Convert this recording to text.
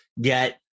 get